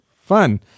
Fun